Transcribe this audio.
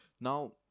Now